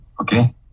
okay